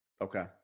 Okay